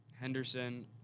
Henderson